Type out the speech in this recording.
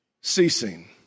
ceasing